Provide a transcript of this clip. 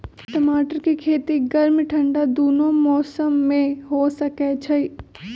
टमाटर के खेती गर्म ठंडा दूनो मौसम में हो सकै छइ